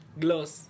gloss